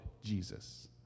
Jesus